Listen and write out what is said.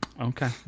Okay